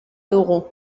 dugu